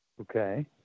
Okay